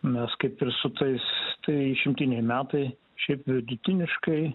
mes kaip ir su tais tai išimtiniai metai šiaip vidutiniškai